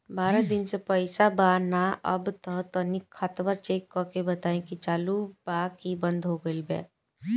बारा दिन से पैसा बा न आबा ता तनी ख्ताबा देख के बताई की चालु बा की बंद हों गेल बा?